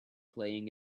playing